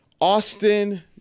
Austin